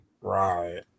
Right